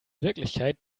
wirklichkeit